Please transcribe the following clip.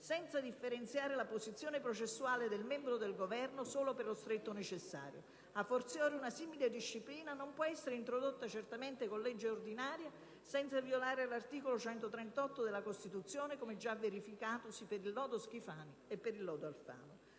senza differenziare la posizione processuale del membro del Governo solo per lo stretto necessario. *A fortiori*, una simile disciplina non può essere introdotta certamente con legge ordinaria senza violare l'articolo 138 della Costituzione (come già verificatosi per il lodo Schifani e per il lodo Alfano).